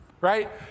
right